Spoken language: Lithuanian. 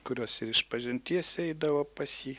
kurios ir išpažinties eidavo pas jį